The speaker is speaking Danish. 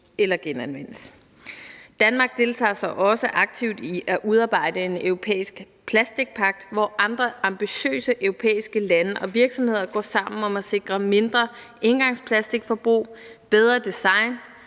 eller genanvendes. Danmark deltager også aktivt i at udarbejde en europæisk plastikpagt, hvor andre ambitiøse europæiske lande og virksomheder går sammen om at sikre mindre engangsplatikforbrug, bedre design,